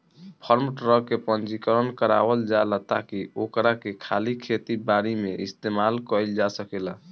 form truck के पंजीकरण करावल जाला ताकि ओकरा के खाली खेती बारी में इस्तेमाल कईल जा सकेला